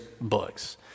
books